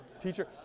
teacher